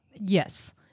Yes